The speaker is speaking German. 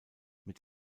mit